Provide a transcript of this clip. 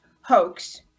hoax